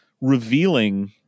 revealing